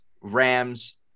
Rams